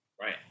right